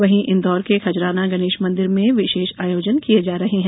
वहीं इन्दौर के खजराना गणेश मंदिर में विशेष आयोजन किये जा रहे हैं